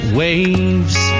waves